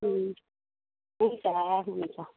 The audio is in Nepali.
हुन् हुन्छ हुन्छ